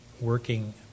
working